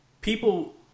people